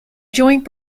joint